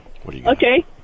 Okay